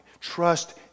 Trust